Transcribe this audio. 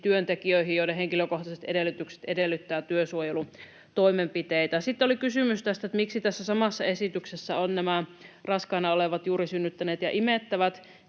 työntekijöihin, joiden henkilökohtaiset edellytykset edellyttävät työsuojelutoimenpiteitä. Sitten oli kysymys, miksi tässä samassa esityksessä ovat raskaana olevat, juuri synnyttäneet ja imettävät.